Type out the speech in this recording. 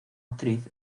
actriz